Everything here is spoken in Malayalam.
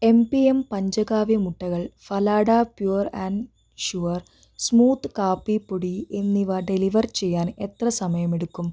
എം പി എം പഞ്ചകാവ്യ മുട്ടകൾ ഫലാഡ പ്യൂർ ആൻഡ് ഷ്യൂർ സ്മൂത്ത് കാപ്പി പൊടി എന്നിവ ഡെലിവർ ചെയ്യാൻ എത്ര സമയമെടുക്കും